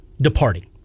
departing